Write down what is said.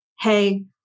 hey